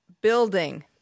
building